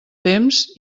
temps